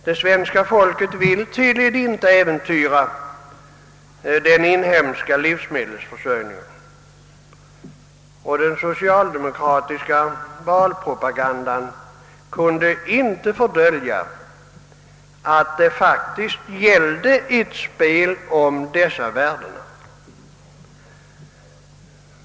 Det svenska folket vill tydligen inte äventyra den inhemska livsmedels försörjningen, och den socialdemokratiska valpropagandan kunde inte fördölja att det faktiskt gällde ett spel om dessa värden.